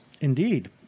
Indeed